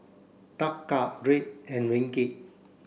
Taka Riel and Ringgit